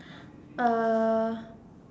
uh